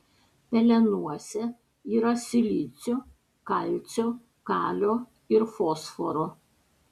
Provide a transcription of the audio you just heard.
pelenuose yra silicio kalcio kalio ir fosforo